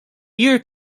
ear